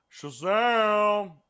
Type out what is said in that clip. Shazam